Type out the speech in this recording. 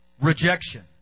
Rejection